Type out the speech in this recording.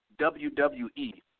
WWE